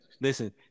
Listen